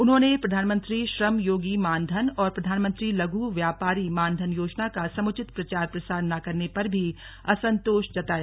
उन्होंने प्रधानमंत्री श्रम योगी मान धन और प्रधानमंत्री लघु व्यापारी मान धन योजना का समुचित प्रचार प्रसार न करने पर भी असन्तोष जताया